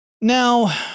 Now